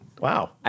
Wow